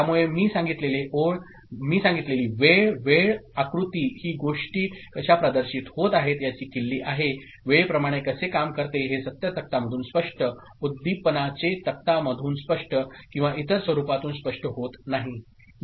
त्यामुळे मीसांगितलेलीवेळ आकृतीहीगोष्टी कशा प्रदर्शित होत आहेत याची किल्ली आहे वेळेप्रमाणे कसे काम करते हे सत्य तक्ता मधून स्पष्ट उददीपनाचे तक्ता मधून स्पष्ट किंवा इतर स्वरूपातून स्पष्ट होत नाही